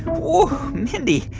whoa, mindy,